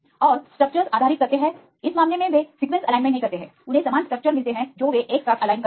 और स्ट्रक्चर्सआधारित करते हैं इस मामले में वे सीक्वेंस एलाइनमेंट नहीं करते हैं उन्हें समान स्ट्रक्चर मिलते है जो वे एक साथ एलाइन करते हैं